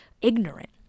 ignorant